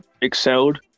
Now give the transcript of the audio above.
excelled